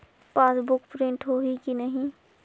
Passbook print होही कि नहीं?